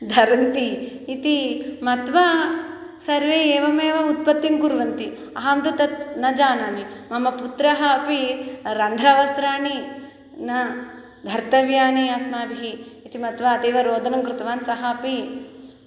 धरन्ति इति मत्वा सर्वे एवमेव उत्पत्तिं कुर्वन्ति अहं तु तत् न जानामि मम पुत्रः अपि रन्ध्रवस्त्राणि न धर्तव्यानि अस्माभिः इति मत्वा अतीव रोदनं कृतवान् सः अपि